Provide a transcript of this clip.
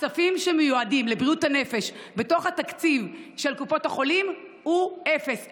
הכספים שמיועדים לבריאות הנפש בתוך תקציב קופות החולים הם אפס.